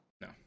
No